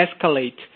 escalate